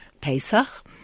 Pesach